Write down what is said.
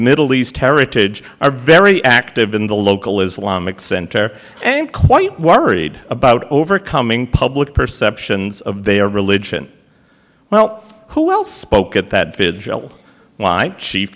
middle east heritage are very active in the local islamic center and quite worried about overcoming public perceptions of their religion well who else spoke at that